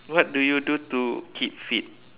what do you do to keep fit